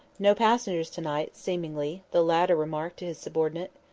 no passengers to-night, seemingly, the latter remarked to his subordinate.